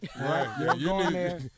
right